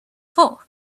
full